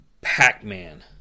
Pac-Man